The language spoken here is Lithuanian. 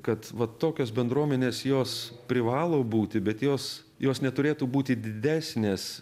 kad vat tokios bendruomenės jos privalo būti bet jos jos neturėtų būti didesnės